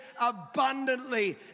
abundantly